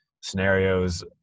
scenarios